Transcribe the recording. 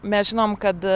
mes žinom kad